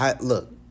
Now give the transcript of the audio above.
Look